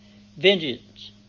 vengeance